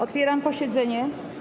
Otwieram posiedzenie.